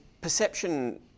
perception